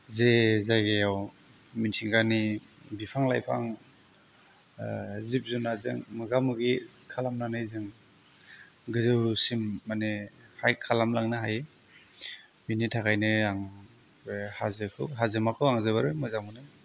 जे जायगायाव मिथिंगानि बिफां लाइफां जिब जुनारजों मोगा मोगि खालामनानै जों गोजौसिम माने हाइक खालामलांनो हायो बेनि थाखायनो आं बे हाजोखौ हाजोमाखौ आं जोबोर मोजां मोनो